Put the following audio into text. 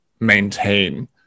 Maintain